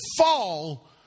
fall